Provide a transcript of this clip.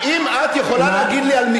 האם את יכולה, נא,